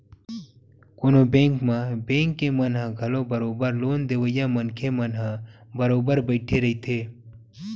कोनो बेंक म बेंक के मन ह घलो बरोबर लोन देवइया मनखे मन ह बरोबर बइठे रहिथे